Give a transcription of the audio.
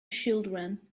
children